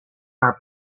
are